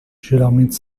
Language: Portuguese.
geralmente